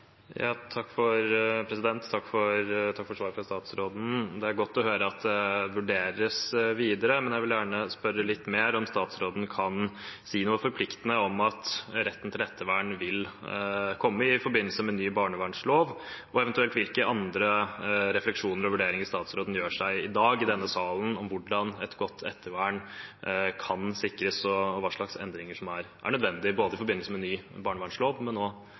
for svaret fra statsråden. Det er godt å høre at det vurderes videre, men jeg vil gjerne spørre litt mer om statsråden kan si noe forpliktende om at retten til ettervern vil komme i forbindelse med ny barnevernslov, og eventuelt hvilke andre refleksjoner og vurderinger statsråden gjør seg i dag, i denne salen, om hvordan et godt ettervern kan sikres, og hva slags endringer som er nødvendige i forbindelse med den nye barnevernsloven, men